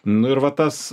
nu ir va tas